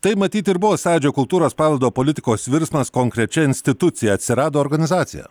tai matyt ir buvo sąjūdžio kultūros paveldo politikos virsmas konkrečia institucija atsirado organizacija